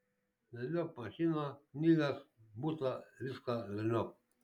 velniop mašiną knygas butą viską velniop